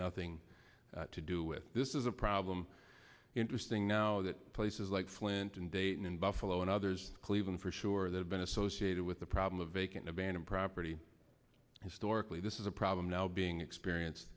nothing to do with this is a problem interesting now that places like flint and dayton and buffalo and others cleveland for sure they've been associated with the problem of vacant abandoned property historically this is a problem now being experience